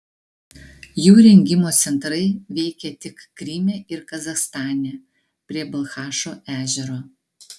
jų rengimo centrai veikė tik kryme ir kazachstane prie balchašo ežero